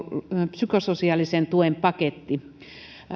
psykososiaalisen tuen paketti